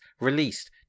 released